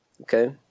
okay